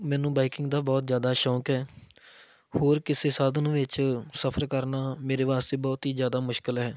ਮੈਨੂੰ ਬਾਈਕਿੰਗ ਦਾ ਬਹੁਤ ਜ਼ਿਆਦਾ ਸ਼ੌਂਕ ਹੈ ਹੋਰ ਕਿਸੇ ਸਾਧਨ ਵਿੱਚ ਸਫਰ ਕਰਨਾ ਮੇਰੇ ਵਾਸਤੇ ਬਹੁਤ ਹੀ ਜ਼ਿਆਦਾ ਮੁਸ਼ਕਿਲ ਹੈ